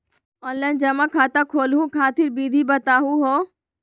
Online जमा खाता खोलहु खातिर विधि बताहु हो?